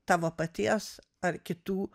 tavo paties ar kitų